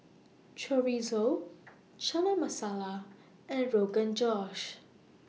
Chorizo Chana Masala and Rogan Josh